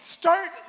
start